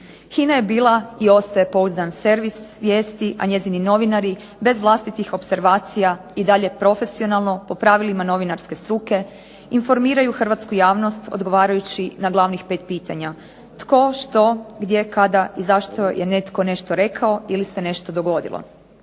HINA je bila i ostaje pouzdan servis vijesti, a njezini novinari bez vlastitih opservacija i dalje profesionalno po pravilima novinarske struke informiraju hrvatsku javnost odgovarajući na glavnih pet pitanja – tko, što, gdje, kada i zašto je netko nešto rekao ili se nešto dogodilo.